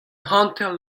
hanter